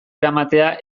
eramatea